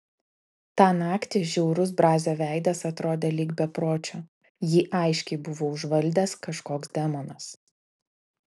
tą naktį žiaurus brazio veidas atrodė lyg bepročio jį aiškiai buvo užvaldęs kažkoks demonas